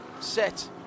set